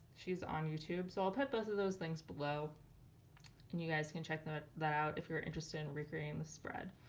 she's on youtube so i'll put those of those links below and you guys can check that that out if you're interested in recreating the spread.